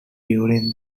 during